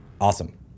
Awesome